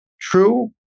true